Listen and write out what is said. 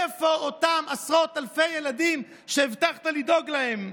איפה אותם עשרות אלפי ילדים שהבטחת לדאוג להם?